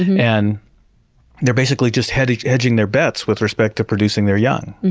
and they're basically just hedging hedging their bets with respect to producing their young,